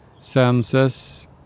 Senses